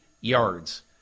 yards